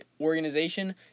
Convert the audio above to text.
organization